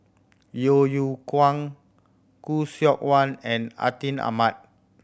Yeo Yeow Kwang Khoo Seok Wan and Atin Amat